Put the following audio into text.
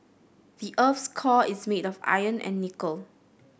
the earth's core is made of iron and nickel